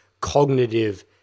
cognitive